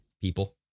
people